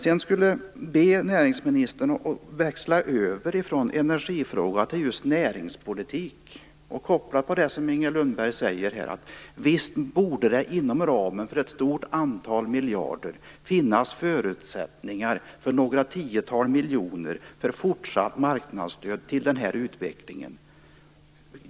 Sedan vill jag be näringsministern att växla över från energifrågan till just näringspolitiken och koppla till det som Inger Lundberg säger om att det inom ramen för ett stort antal miljarder borde finnas förutsättningar för några tiotal miljoner till fortsatt marknadsstöd till den här utvecklingen.